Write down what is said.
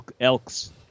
Elks